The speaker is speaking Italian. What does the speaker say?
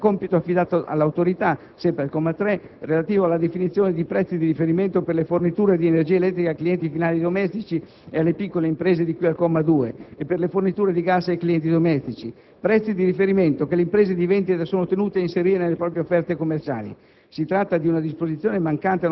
Siamo invece contrari al successivo compito affidato all'Autorità, sempre al comma 3, relativo alla definizione di prezzi di riferimento per le forniture di energia elettrica ai clienti finali domestici e alle piccole imprese di cui al comma 2 e per le forniture di gas ai clienti domestici, prezzi di riferimento che le imprese di vendita sono tenute a inserire nelle proprie offerte commerciali.